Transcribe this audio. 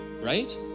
right